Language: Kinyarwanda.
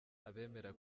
abemera